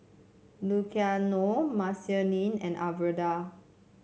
Luciano Marceline and Alverda